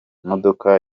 modoka